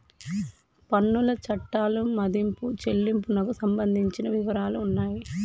పన్నుల చట్టాలు మదింపు చెల్లింపునకు సంబంధించిన వివరాలు ఉన్నాయి